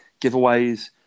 giveaways